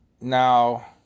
Now